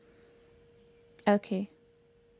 okay